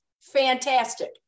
fantastic